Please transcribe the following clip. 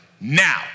now